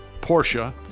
Porsche